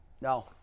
No